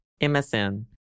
MSN